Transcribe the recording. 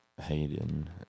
Hayden